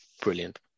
Brilliant